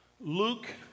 Luke